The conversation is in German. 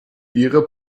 ihre